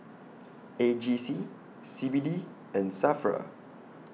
A G C C B D and SAFRA